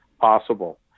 possible